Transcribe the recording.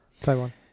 Taiwan